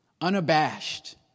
Unabashed